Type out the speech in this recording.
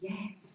Yes